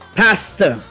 pastor